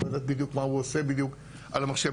את לא יודעת בדיוק מה הוא עושה על המחשב,